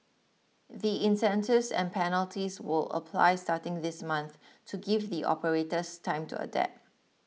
the incentives and penalties will apply starting this month to give the operators time to adapt